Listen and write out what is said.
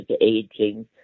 aging